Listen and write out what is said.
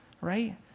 right